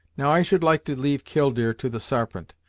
now, i should like to leave killdeer to the sarpent,